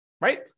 right